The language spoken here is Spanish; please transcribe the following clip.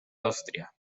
austria